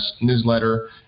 newsletter